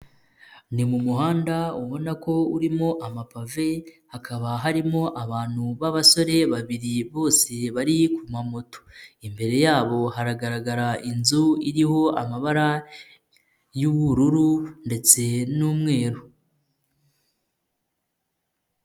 Ni mu muhanda ubona ko urimo amapave, hakaba harimo abantu b'abasore babiri bose bari ku mamoto, imbere yabo haragaragara inzu iriho amabara y'ubururu ndetse n'umweru.